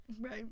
Right